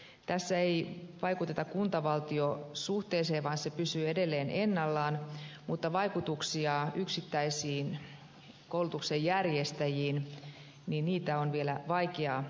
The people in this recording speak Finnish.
tässä ei vaikuteta kuntavaltio suhteeseen vaan se pysyy edelleen ennallaan mutta vaikutuksia yksittäisiin koulutuksen järjestäjiin on vielä vaikea tietää